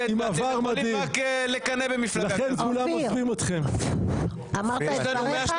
אתם יכולים רק לחלום ולקנא במפלגה מפוארת כמו הליכוד.